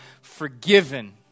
forgiven